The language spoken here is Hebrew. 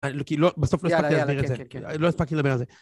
לוקי לא בסוף לא אספק את זה לא הספקתי לדבר על זה